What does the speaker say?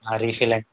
refill అండీ